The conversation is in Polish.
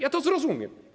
Ja to zrozumiem.